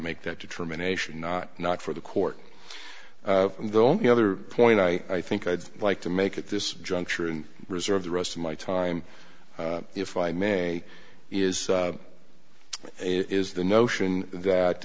make that determination not not for the court and the only other point i think i'd like to make at this juncture and reserve the rest of my time if i may is it is the notion